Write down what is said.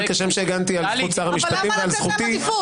כשם שהגנתי על זכות שר המשפטים ועל זכותי,